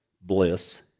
bliss